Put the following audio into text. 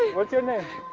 what's your name?